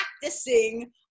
practicing